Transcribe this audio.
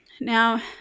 Now